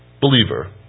Believer